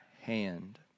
hand